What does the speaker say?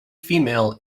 female